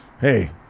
Hey